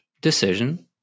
decision